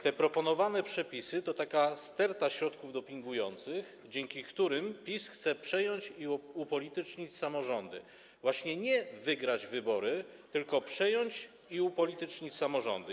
Te proponowane przepisy to taka sterta środków dopingujących, dzięki którym PiS chce przejąć i upolitycznić samorządy - właśnie nie wygrać wybory, tylko przejąć i upolitycznić samorządy.